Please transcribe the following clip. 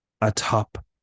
atop